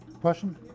Question